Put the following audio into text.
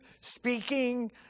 speaking